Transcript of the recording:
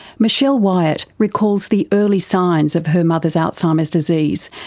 michelle wyatt recalls the early signs of her mother's alzheimer's disease,